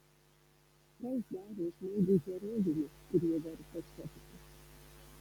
kas daro žmogų herojumi kuriuo verta sekti